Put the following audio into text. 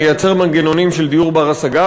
לייצר מנגנונים של דיור בר-השגה.